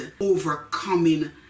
overcoming